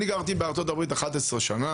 אני גרתי בארצות הברית 11 שנה,